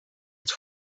het